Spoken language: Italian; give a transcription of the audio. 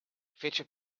fece